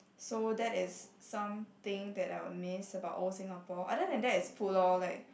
so that is something that I will miss about old Singapore other than that is food lor like